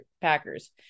Packers